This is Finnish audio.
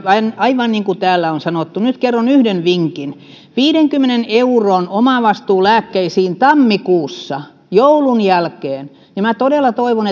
aivan niin kuin täällä on sanottu nyt kerron yhden vinkin viidenkymmenen euron omavastuu lääkkeisiin tammikuussa joulun jälkeen minä todella toivon